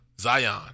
Zion